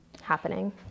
happening